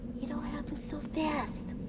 you know happened so fast.